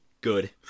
Good